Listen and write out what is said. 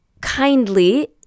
kindly